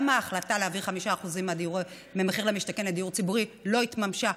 גם ההחלטה להעביר 5% ממחיר למשתכן לדיור ציבורי לא התממשה,